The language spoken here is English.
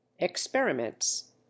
experiments